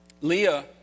Leah